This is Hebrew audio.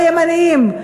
או ימניים.